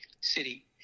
city